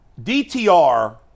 dtr